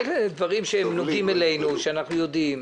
מילא דברים שנוגעים אלינו או שאנחנו יודעים.